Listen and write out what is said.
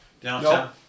Downtown